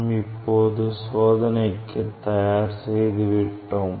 நாம் இப்போது சோதனைக்கு தயார் செய்து விட்டோம்